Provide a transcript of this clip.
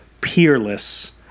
peerless